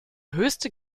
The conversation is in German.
höchste